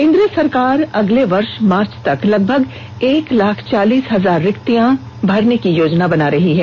केन्द्र सरकार अगले वर्ष मार्च तक लगभग एक लाख चालीस हजार रिक्तियां भरने की योजना बना रही हैं